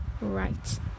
right